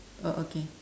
oh okay